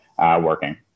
working